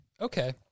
Okay